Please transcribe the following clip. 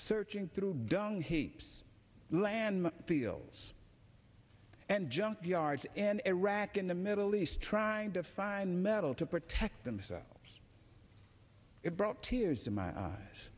searching through dung heaps land mine fields and junk yards in iraq in the middle east trying to find metal to protect themselves it brought tears to my eyes